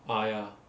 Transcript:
ah ya